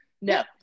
No